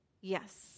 Yes